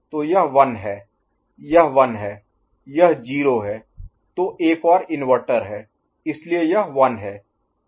तो यह 1 है यह 1 है यह 0 है तो एक और इन्वर्टर है इसलिए यह 1 है